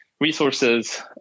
resources